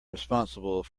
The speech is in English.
responsible